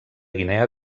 guinea